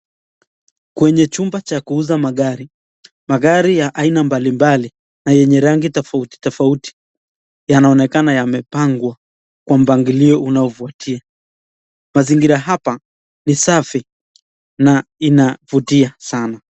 Kwenye chumba cha kuuza magari. Magari ya aina mbalimbali na yenye rangi tofauti tofauti yanaonekana yamepangwa kwa mpangilio unaovutia. Mazingira hapa ni safi na inavutia sana.